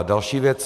Další věc.